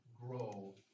grow